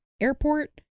Airport